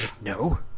No